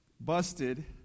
busted